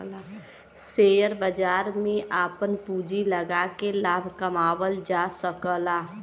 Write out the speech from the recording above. share बाजार में आपन पूँजी लगाके लाभ कमावल जा सकला